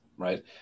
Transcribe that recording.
Right